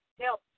help